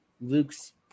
Luke's